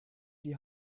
die